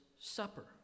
Supper